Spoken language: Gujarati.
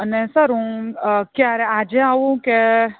અને સર હું ક્યારે આજે આવું કે